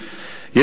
יתירה מזאת,